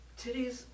titties